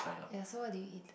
ya so what do you eat